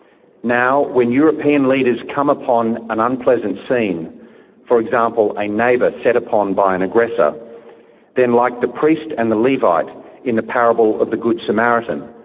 now, when european leaders come upon an unpleasant scene for example, a neighbour set upon by an aggressor then, like the priest and the levite, in the parable of the good samaritan,